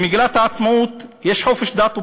במגילת העצמאות יש חופש דת ופולחן,